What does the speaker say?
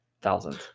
thousands